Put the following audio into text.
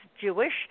Jewish